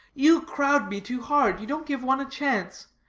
you crowd me too hard. you don't give one a chance.